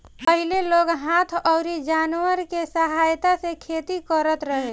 पहिले लोग हाथ अउरी जानवर के सहायता से खेती करत रहे